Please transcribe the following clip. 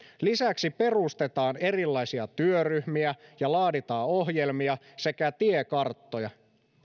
lisäksi perustetaan erilaisia työryhmiä ja laaditaan ohjelmia sekä tiekarttoja